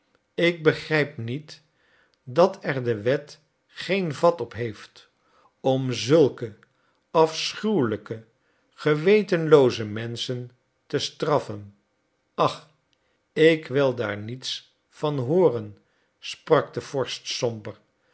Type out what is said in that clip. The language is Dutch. ik begrijp niet dat er de wet geen vat op heeft om zulke afschuwelijke gewetenlooze menschen te straffen ach ik wil daar niets van hooren sprak de vorst